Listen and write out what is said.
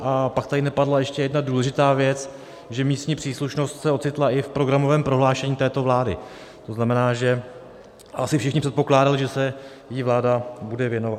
A pak tady nepadla ještě jedna důležitá věc, že místní příslušnost se ocitla i v programovém prohlášení této vlády, to znamená, že asi všichni předpokládali, že se jí vláda bude věnovat.